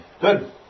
Good